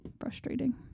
frustrating